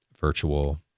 virtual